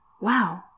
Wow